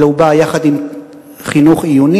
אלא הוא בא יחד עם חינוך עיוני,